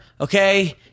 okay